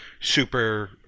super